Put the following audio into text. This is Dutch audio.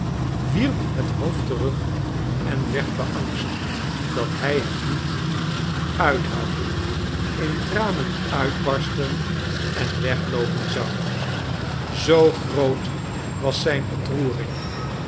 wierp het hoofd terug en werd beangst dat hij het niet uithouden in tranen uitbarsten en wegloopen zoude zoo groot was zijn ontroering